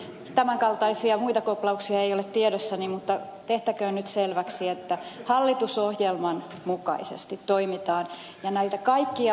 tämän kaltaisia muita koplauksia ei ole tiedossani mutta tehtäköön nyt selväksi että hallitusohjelman mukaisesti toimitaan näissä kaikissa valmisteluissa